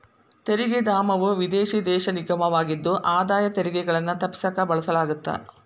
ತೆರಿಗೆ ಧಾಮವು ವಿದೇಶಿ ದೇಶ ನಿಗಮವಾಗಿದ್ದು ಆದಾಯ ತೆರಿಗೆಗಳನ್ನ ತಪ್ಪಿಸಕ ಬಳಸಲಾಗತ್ತ